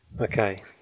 Okay